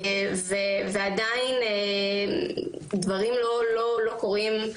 ועדיין דברים לא קורים.